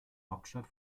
hauptstadt